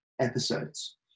episodes